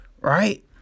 Right